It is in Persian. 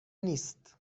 نیست